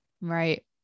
Right